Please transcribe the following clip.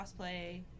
cosplay